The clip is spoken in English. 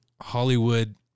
Hollywood